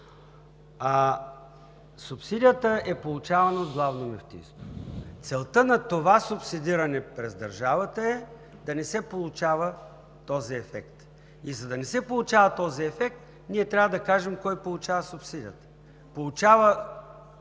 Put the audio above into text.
Субсидията е получавана от Главното мюфтийство. Целта на това субсидиране през държавата е да не се получава този ефект. И за да не се получава този ефект, ние трябва да кажем кой получава субсидията.